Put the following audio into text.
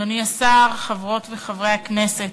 אדוני השר, חברות וחברי הכנסת,